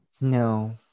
no